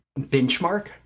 benchmark